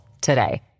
today